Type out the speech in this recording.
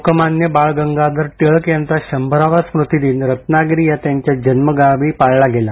लोकमान्य बाळ गंगाधर टिळक यांचा शंभरावा स्मृतिदिन रत्नागिरी या त्यांच्या जन्मगावी पाळला गेला